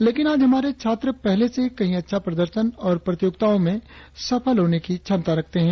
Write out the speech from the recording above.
लेकिन आज हमारे छात्र पहले से कही अच्छा प्रदर्शन और प्रतियोगिताओं में सफल होने की क्षमता रखते है